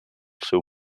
seu